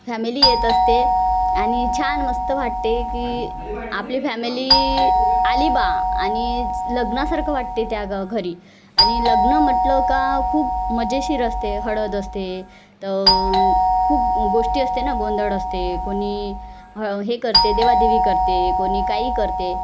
family येत असते आणि छान मस्त वाटते की आपली फॅमिली आलीबा आणि लग्नासारखं वाटते त्या गाव घरी आणि लग्न म्हटलं का खूप मजेशीर असते हळद असते तर खूप गोष्टी असते ना गोंधळ असते कोणी ह हे करते देवादेवी करते कोणी काही करते